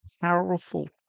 powerful